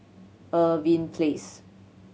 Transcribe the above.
Irving Place